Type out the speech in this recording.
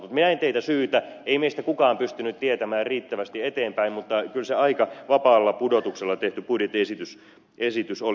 mutta minä en teitä syytä ei meistä kukaan pystynyt tietämään riittävästi eteenpäin mutta kyllä se aika vapaalla pudotuksella tehty budjettiesitys oli